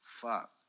fuck